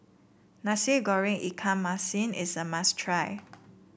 Nasi Goreng Ikan Masin is a must try